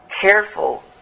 Careful